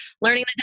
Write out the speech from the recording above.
learning